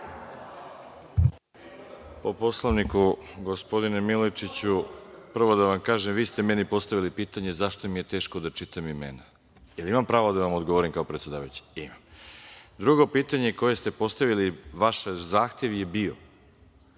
Arsić** Gospodine Milojičiću, prvo da vam kažem, vi ste meni postavili pitanje zašto mi je teško da čitam imena, da li imam pravo da vam odgovorim kao predsedavajući? Imam. Drugo pitanje koje ste postavili, vaš zahtev je bio